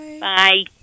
bye